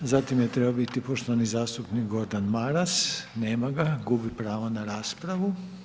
Zatim je trebao biti poštovani zastupnik Gordan Maras, nema ga, gubi pravo na raspravu.